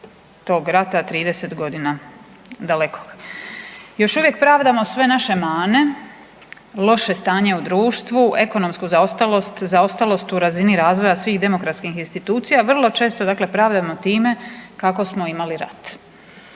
tog rata 30 godina dalekog. Još uvijek pravdamo sve naše mane, loše stanje u društvu, ekonomsku zaostalost, zaostalost u razini razvoja svih demokratskih institucija vrlo često dakle pravdano time kako smo imali rat.